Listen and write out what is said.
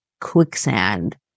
quicksand